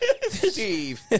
Steve